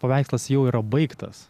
paveikslas jau yra baigtas